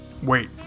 Wait